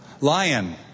Lion